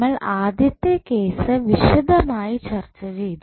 നമ്മൾ ആദ്യത്തെ കേസ് വിശദമായി ചർച്ച ചെയ്തു